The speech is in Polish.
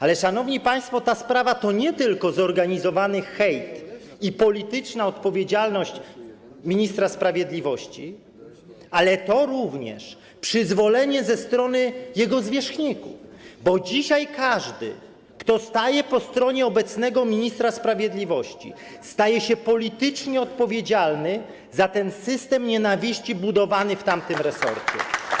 Ale, szanowni państwo, ta sprawa to nie tylko zorganizowany hejt i kwestia politycznej odpowiedzialności ministra sprawiedliwości, ale to również sprawa przyzwolenia ze strony jego zwierzchników, bo dzisiaj każdy, kto staje po stronie obecnego ministra sprawiedliwości, staje się politycznie odpowiedzialny za ten system nienawiści budowany w tamtym resorcie.